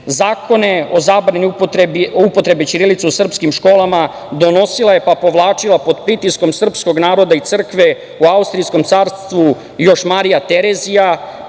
Zakone o zabrani upotrebe ćirilice u srpskim školama donosila je, pa povlačila pod pritiskom srpskog naroda i crkve u Austrijskom carstvu, još Marija Terezija